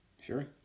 Sure